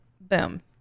Boom